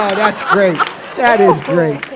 that's great that is great